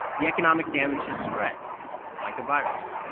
the economic damage has spread like a virus